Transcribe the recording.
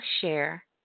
share